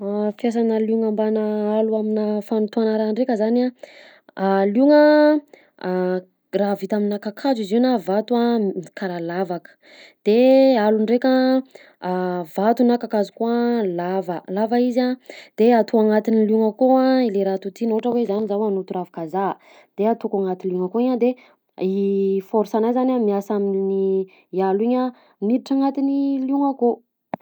Fiasanà liogna mbanà alo aminà fanotoàna raha ndraika zany a: liogna a raha vita aminà kakazo izy io na vato a m- karaha lavaka; de alo ndraika vato na kakazo koa lava, lava izy a. De atao agnatin'ny liogna akao a le raha totoina ohatra hoe zany zaho hanoto ravin-kazaha de ataoko agnaty liogna akao igny a de force anahy zany a miasa amin'ny i alo igny a miditra agnatin'ny liogna akao.